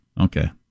Okay